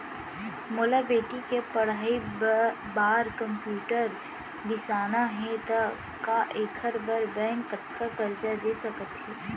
मोला बेटी के पढ़ई बार कम्प्यूटर बिसाना हे त का एखर बर बैंक कतका करजा दे सकत हे?